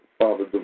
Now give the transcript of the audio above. father